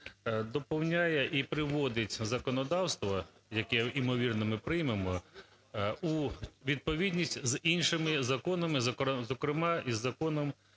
доповнює і приводить законодавство, яке ймовірно ми приймемо, у відповідність з іншими законами, зокрема із Законом